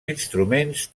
instruments